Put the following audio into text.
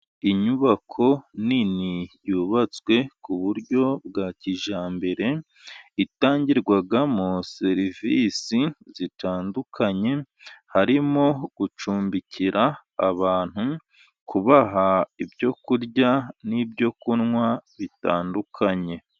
Inyubako nini yubatswe ku buryo bwa kijyambere. Itangirwamo serivisi zitandukanye harimo gucumbikira abantu, kubaha ibyo kurya, n'ibyo kunywa bitandukanye.